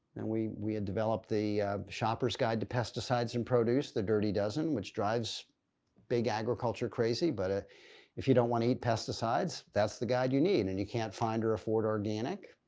and we we had developed the shopper's guide to pesticides in produce, the dirty dozen, which drives big agriculture crazy but if you don't want to eat pesticides, that's the guide you need and you can't find or afford organic,